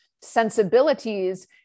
sensibilities